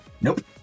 Nope